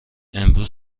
امروز